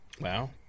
Wow